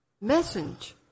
message